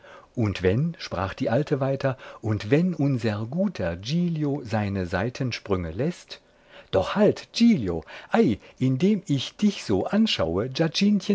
und wenn sprach die alte weiter und wenn unser guter giglio seine seitensprünge läßt doch halt giglio ei indem ich dich so anschaue